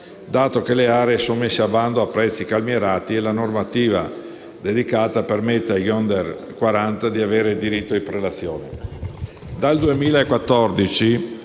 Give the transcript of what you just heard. dato che le aree sono messe a bando a prezzi calmierati e la normativa dedicata permette agli *under* 40 di avere diritto di prelazione.